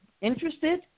Interested